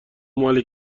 مال